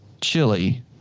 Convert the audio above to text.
chili